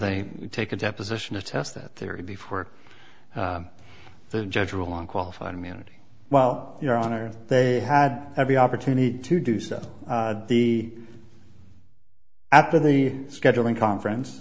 they take a deposition to test that theory before the judge rule on qualified immunity well your honor they had every opportunity to do so the after the scheduling conference